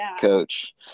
coach